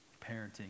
parenting